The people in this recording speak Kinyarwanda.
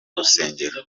rusengero